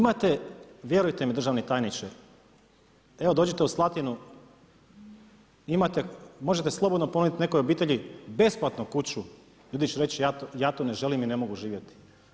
Imate, vjerujte mi državni tajniče, evo dođite u Slatinu, imate, možete slobodno ponuditi nekoj obitelji besplatno kuću, ljudi će reći ja tu ne želim i ne mogu živjeti.